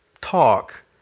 talk